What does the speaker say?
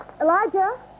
Elijah